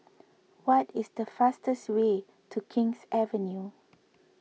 what is the fastest way to King's Avenue